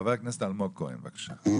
חבר הכנסת אלמוג כהן, בבקשה.